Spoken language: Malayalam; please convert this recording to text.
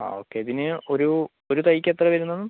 ആ ഓക്കെ പിന്നെ ഒരു ഒരു തൈക്ക് എത്രയാണ് വരുന്നത്